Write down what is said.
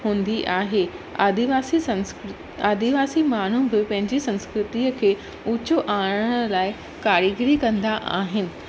आदिवासी संस आदिवासी माण्हू बि पंहिंजी संस्कृतीअ खे ऊचो आणणु लाइ कारीगरी कंदा आहिनि